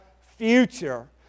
future